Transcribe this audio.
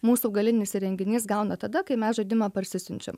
mūsų galinis įrenginys gauna tada kai mes žaidimą parsisiunčiam